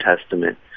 Testament